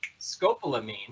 Scopolamine